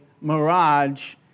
mirage